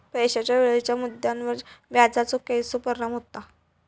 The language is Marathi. पैशाच्या वेळेच्या मुद्द्यावर व्याजाचो कसो परिणाम होता